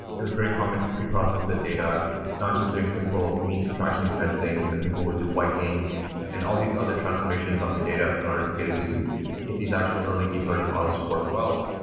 it was very common to preprocess that data not just doing simple mean subtraction, these kinds of things, but people would do whitening and all these other transformation on the data in order to get it to get these actual early deep learning models to work well.